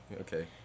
okay